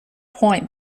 point